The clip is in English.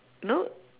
you know